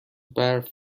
برف